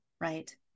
Right